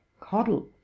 coddle